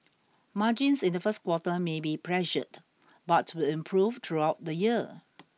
margins in the first quarter may be pressured but will improve throughout the year